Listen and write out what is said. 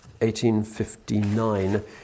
1859